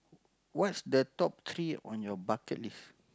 what's the top three on your bucket list